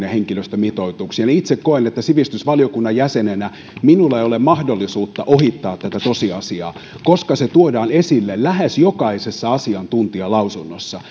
ja henkilöstömitoituksiin itse koen että sivistysvaliokunnan jäsenenä minulla ei ole mahdollisuutta ohittaa tätä tosiasiaa koska se tuodaan esille lähes jokaisessa asiantuntijalausunnossa